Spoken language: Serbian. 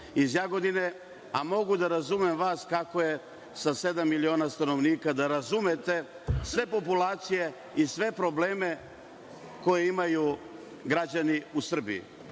iz Jagodine, a mogu da razumem kako je vama sa sedam miliona stanovnika, da razumete sve populacije i sve probleme koje imaju građani u Srbiji. Siguran